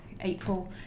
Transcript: April